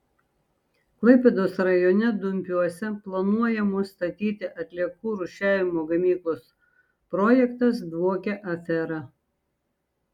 klaipėdos rajone dumpiuose planuojamos statyti atliekų rūšiavimo gamyklos projektas dvokia afera